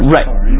Right